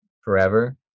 forever